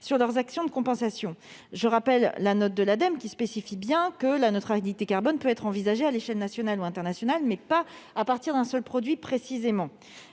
sur leurs actions de compensation. Je rappelle la note de l'Ademe, qui spécifie bien que la neutralité carbone peut être envisagée à l'échelle nationale ou internationale, mais pas à partir d'un seul produit précisément.